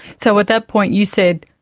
so at that point you said,